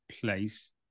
place